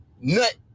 Nut